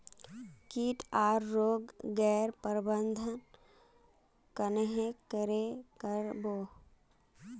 किट आर रोग गैर प्रबंधन कन्हे करे कर बो?